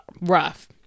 rough